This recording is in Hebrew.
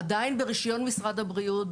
עדיין ברישיון משרד הבריאות,